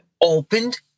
opened